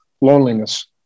loneliness